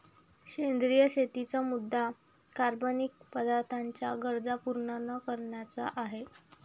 सेंद्रिय शेतीचा मुद्या कार्बनिक पदार्थांच्या गरजा पूर्ण न करण्याचा आहे